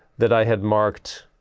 that i had marked.